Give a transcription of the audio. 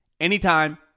anytime